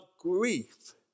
grief